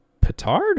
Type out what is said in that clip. petard